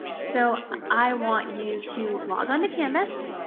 so, i want you to log onto canvas.